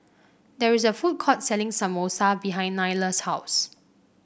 there is a food court selling Samosa behind Nylah's house